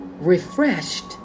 refreshed